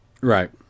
Right